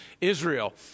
Israel